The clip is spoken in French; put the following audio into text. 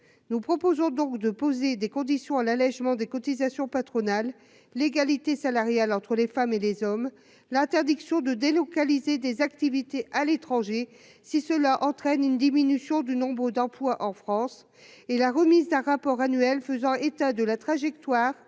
nous proposons donc de poser des conditions à l'allégement des cotisations patronales, l'égalité salariale entre les femmes et les hommes, l'interdiction de délocaliser des activités à l'étranger si cela entraîne une diminution du nombre d'emplois en France et la remise d'un rapport annuel faisant état de la trajectoire